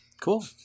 cool